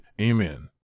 Amen